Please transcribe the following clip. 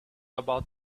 about